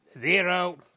zero